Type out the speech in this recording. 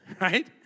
Right